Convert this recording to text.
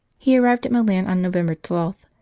he arrived at milan on november twelve,